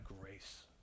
grace